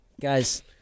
guys